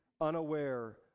unaware